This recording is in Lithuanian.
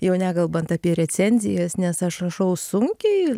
jau nekalbant apie recenzijas nes aš rašau sunkiai